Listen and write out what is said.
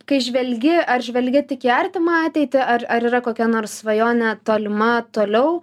kai žvelgi ar žvelgi tik į artimą ateitį ar ar yra kokia nors svajonė tolima toliau